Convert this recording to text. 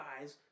eyes